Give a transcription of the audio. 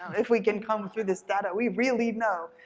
if we can comb through this data we really know.